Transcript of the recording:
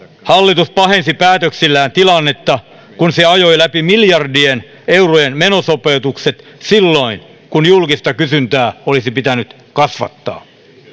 hallitus pahensi päätöksillään tilannetta kun se ajoi läpi miljardien eurojen menosopeutukset silloin kun julkista kysyntää olisi pitänyt kasvattaa